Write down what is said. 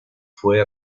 fue